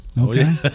okay